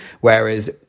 Whereas